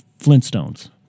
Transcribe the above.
Flintstones